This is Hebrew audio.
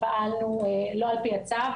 פעלנו לא לפי הצו.